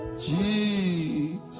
Jesus